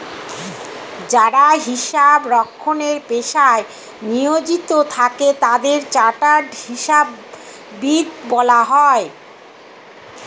যারা হিসাব রক্ষণের পেশায় নিয়োজিত থাকে তাদের চার্টার্ড হিসাববিদ বলা হয়